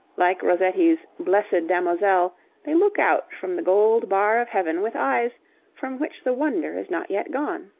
like rossetti's blessed damozel they look out from the gold bar of heaven with eyes from which the wonder is not yet gone.